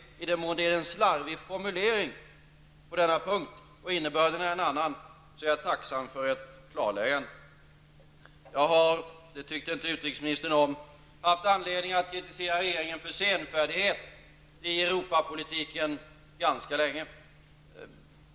I den mån det är fråga om en slarvig formulering på denna punkt och innebörden är en annan, är jag tacksam för ett klarläggande. Jag har ganska länge, vilket utrikesministern inte tycker om, haft anledning att kritisera regeringen för senfärdighet i Europapolitiken.